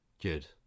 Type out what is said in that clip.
good